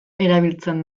erabiltzen